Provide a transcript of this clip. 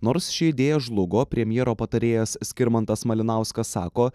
nors ši idėja žlugo premjero patarėjas skirmantas malinauskas sako